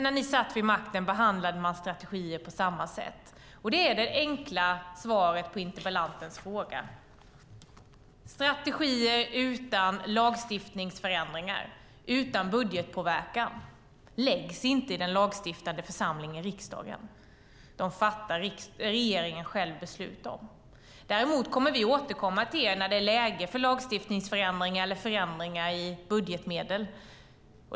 När ni satt vid makten behandlade man strategier på samma sätt. Det är det enkla svaret på interpellantens fråga. Strategier utan lagstiftningsförändringar och utan budgetpåverkan läggs inte fram i riksdagen som är den lagstiftande församlingen. De fattar regeringen själv beslut om. Däremot kommer vi att återkomma till er när det är läge för lagstiftningsförändringar eller förändringar i budgetmedel.